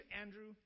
Andrew